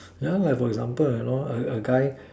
yeah like for example you know a a guy